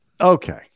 Okay